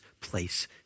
place